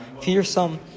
Fearsome